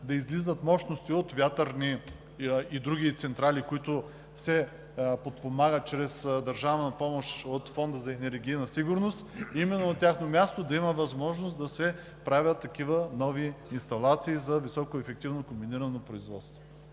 да излизат мощности от вятърни и други централи, които се подпомагат чрез държавна помощ от Фонда за енергийна сигурност, на тяхно място да има възможност да се правят такива нови инсталации за високоефективно комбинирано производство.